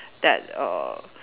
that err